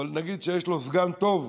אבל נגיד שיש לו סגן טוב.